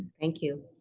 thank you,